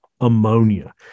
ammonia